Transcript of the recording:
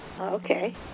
Okay